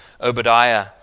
Obadiah